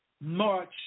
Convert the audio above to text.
March